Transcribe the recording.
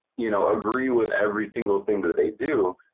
you know, agree with every single thing that they do,